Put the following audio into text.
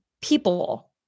people